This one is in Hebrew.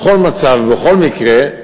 בכל מצב, בכל מקרה,